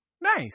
Nice